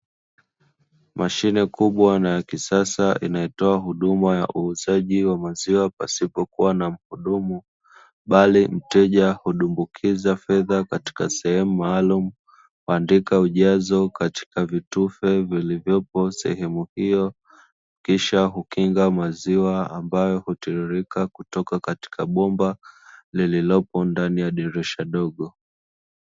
Mashine kubwa na ya kisasa imetoa huduma ya uuzaji wa maziwa pasipokuwa na mhudumu. Bali mteja hudumbukiza fedha katika sehemu maalumu, kuandika ujazo katika vitufe vilivyopo sehemu hiyo, kisha hukinga maziwa ambayo hutiririka kutoka katika bomba lililopo ndani ya dirisha dogo.